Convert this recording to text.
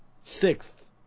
Sixth